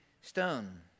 stone